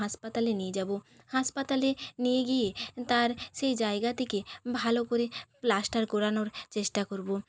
হাসপাতালে নিয়ে যাব হাসপাতালে নিয়ে গিয়ে তার সেই জায়গাটিকে ভালো করে প্লাস্টার করানোর চেষ্টা করব